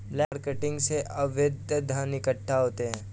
black marketing से अवैध धन इकट्ठा होता है